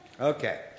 Okay